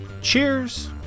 Cheers